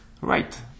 Right